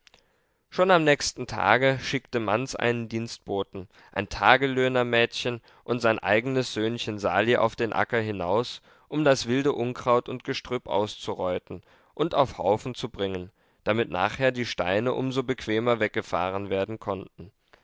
schon am nächsten tage schickte manz einen dienstboten ein tagelöhnermädchen und sein eigenes söhnchen sali auf den acker hinaus um das wilde unkraut und gestrüpp auszureuten und auf haufen zu bringen damit nachher die steine um so bequemer weggefahren werden konnten